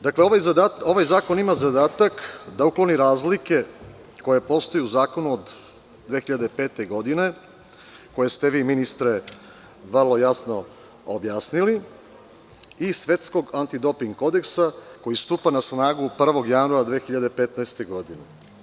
Dakle, ovaj zakon ima za zadatak da ukloni razlike koje postoje u Zakonu od 2005. godine, koje ste vi, ministre, vrlo jasno objasnili, i Svetskog antidoping kodeksa, koji stupa na snagu 1. januara 2015. godine.